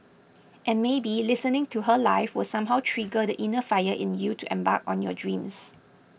and maybe listening to her live will somehow trigger the inner fire in you to embark on your dreams